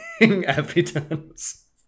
evidence